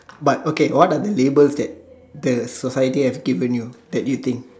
but okay what are the labels that the society have given you that you think